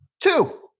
two